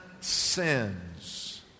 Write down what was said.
sins